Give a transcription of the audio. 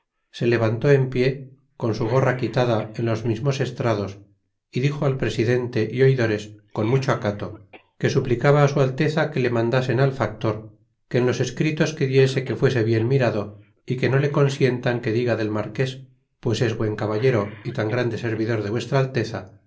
se levantó en pie con su gorra quitada en los mismos estrados y dixo al presidente oidores con mucho acato que suplicaba a su alteza que le mandasen al factor que en los escritos que diese que fuese bien mirado y que no le consientan que diga del marques pues es buen caballero y tan grande servidor de vuestra alteza